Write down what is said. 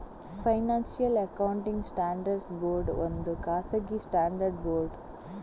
financial accounting standards board ಒಂದು ಖಾಸಗಿ standard board